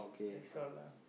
that's all lah